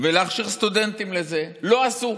ולהכשיר סטודנטים לזה, לא עשו.